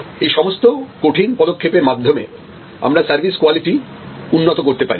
এই সমস্ত কঠিন পদক্ষেপের মাধ্যমে আমরা সার্ভিস কোয়ালিটি উন্নত করতে পারি